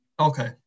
Okay